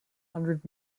hundred